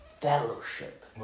fellowship